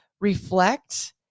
reflect